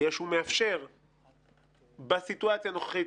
מפני שהוא מאפשר בסיטואציה הנוכחית,